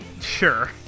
Sure